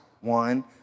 one